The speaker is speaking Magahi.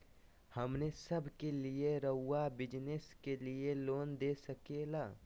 हमने सब के लिए रहुआ बिजनेस के लिए लोन दे सके ला?